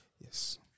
Yes